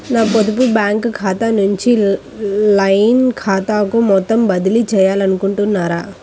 నా పొదుపు బ్యాంకు ఖాతా నుంచి లైన్ ఖాతాకు మొత్తం బదిలీ చేయాలనుకుంటున్నారా?